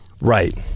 Right